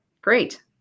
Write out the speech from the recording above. Great